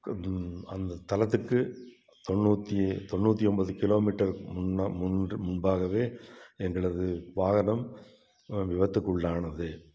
அந்த தலத்திற்கு தொண்ணூற்றி தொண்ணூற்றியொன்பது கிலோமீட்டர் முன்பே முன்பாகவே எங்களது வாகனம் விபத்துக்கு உள்ளானது